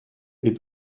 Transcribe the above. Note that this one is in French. est